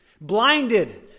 blinded